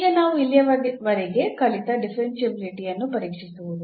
ಈಗ ನಾವು ಇಲ್ಲಿಯವರೆಗೆ ಕಲಿತ ಡಿಫರೆನ್ಷಿಯಾಬಿಲಿಟಿಯನ್ನು ಪರೀಕ್ಷಿಸುವುದು